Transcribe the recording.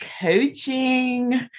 coaching